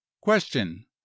Question